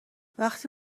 وقتی